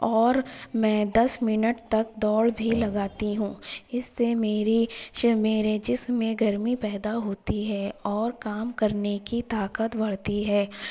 اور میں دس منٹ تک دوڑ بھی لگاتی ہوں اس سے میری میرے جسم میں گرمی پیدا ہوتی ہے اور کام کرنے کی طاقت بڑھتی ہے